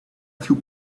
few